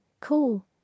cool